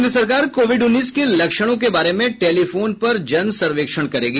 केन्द्र सरकार कोविड उन्नीस के लक्षणों के बारे में टेलीफोन पर जन सर्वेक्षण करेगी